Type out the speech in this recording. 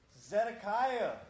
Zedekiah